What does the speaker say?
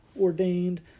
ordained